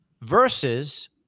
Versus